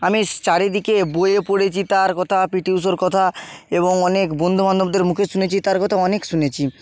আমিস চারদিকে বইয়ে পড়েছি তাঁর কথা পিটি ঊষার কথা এবং অনেক বন্ধু বান্ধবদের মুখে শুনেছি তাঁর কথা অনেক শুনেছি